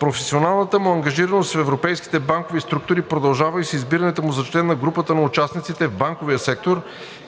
Професионалната му ангажираност в европейските банкови структури продължава и с избирането му за член на Групата на участниците в банковия сектор